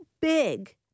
big